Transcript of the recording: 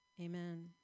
Amen